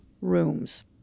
rooms